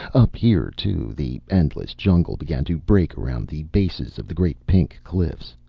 up here, too, the endless jungle began to break around the bases of the great pink cliffs.